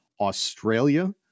Australia